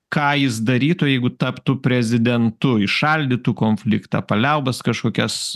ką jis darytų jeigu taptų prezidentu įšaldytų konfliktą paliaubas kažkokias